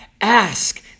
ask